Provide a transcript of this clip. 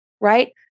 Right